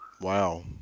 Wow